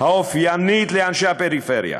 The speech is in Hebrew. האופייניות לאנשי הפריפריה